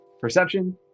Perception